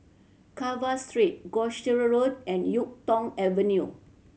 Carver Street Gloucester Road and Yuk Tong Avenue